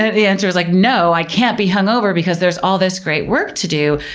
the answer is like no, i can't be hungover because there's all this great work to do.